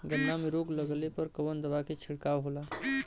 गन्ना में रोग लगले पर कवन दवा के छिड़काव होला?